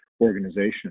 organization